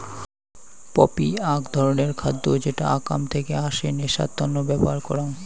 poppy আক ধরণের খাদ্য যেটা আকাম থেকে আসে নেশার তন্ন ব্যবহার করাং